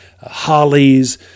hollies